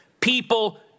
people